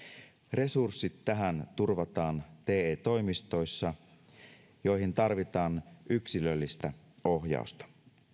resurssit tähän turvataan te toimistoissa joihin tarvitaan yksilöllistä ohjausta